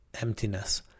emptiness